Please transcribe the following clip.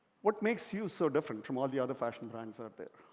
what makes you so different from all of the other fashion brands out there?